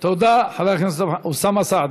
תודה, חבר הכנסת דב חנין.